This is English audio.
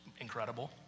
incredible